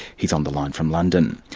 he's on the line from london.